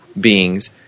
beings